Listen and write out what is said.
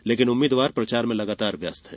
लेकिन उम्मीदवार प्रचार में लगातार व्यस्त हैं